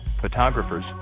photographers